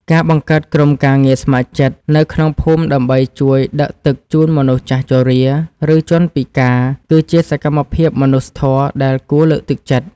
ការបង្កើតក្រុមការងារស្ម័គ្រចិត្តនៅក្នុងភូមិដើម្បីជួយដឹកទឹកជូនមនុស្សចាស់ជរា ឬជនពិការគឺជាសកម្មភាពមនុស្សធម៌ដែលគួរលើកទឹកចិត្ត។